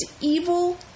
evil